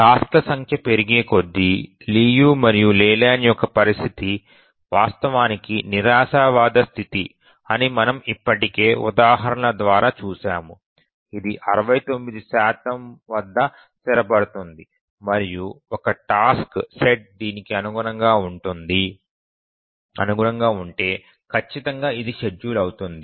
task ల సంఖ్య పెరిగే కొద్దీ లియు మరియు లేలాండ్ యొక్క పరిస్థితి వాస్తవానికి నిరాశావాద స్థితి అని మనము ఇప్పటికే ఉదాహరణల ద్వారా చూశాము ఇది 69 వద్ద స్థిరపడుతుంది మరియు ఒక టాస్క్ సెట్ దీనికి అనుగుణంగా ఉంటే ఖచ్చితంగా ఇది షెడ్యూల్ అవుతుంది